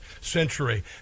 century